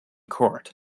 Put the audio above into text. court